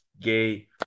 Gay